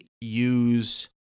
use